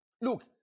Look